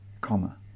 comma